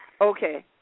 Okay